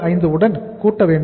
65 உடன் கூட்ட வேண்டும்